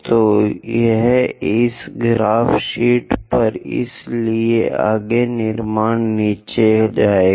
तो यह इस ग्राफ शीट पर है इसलिए आगे निर्माण नीचे जाएं